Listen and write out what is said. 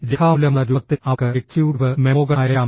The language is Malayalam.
രേഖാമൂലമുള്ള രൂപത്തിൽ അവർക്ക് എക്സിക്യൂട്ടീവ് മെമ്മോകൾ അയയ്ക്കാം